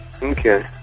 Okay